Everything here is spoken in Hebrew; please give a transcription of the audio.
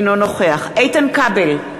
אינו נוכח איתן כבל,